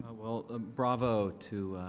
ah well ah bravo to